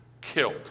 killed